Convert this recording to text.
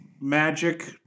magic